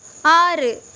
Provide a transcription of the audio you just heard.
ஆறு